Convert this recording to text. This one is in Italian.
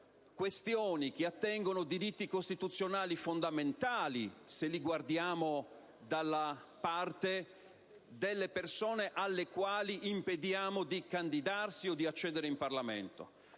questioni che attengono a diritti costituzionali fondamentali, se le guardiamo dalla parte delle persone alle quali impediamo di candidarsi o di accedere al Parlamento.